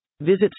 Visit